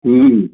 हूं